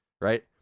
Right